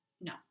No